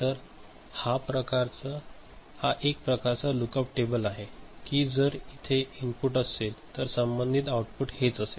तर हा एक प्रकारचा लुक अप टेबल आहे की जर हे इनपुट असेल तर संबंधित आउटपुट हेच असेल